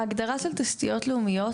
ההגדרה של תשתיות לאומיות,